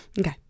Okay